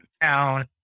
town